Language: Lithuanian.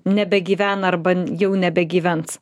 nebegyvena arba jau nebegyvens